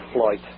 flight